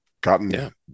gotten